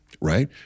right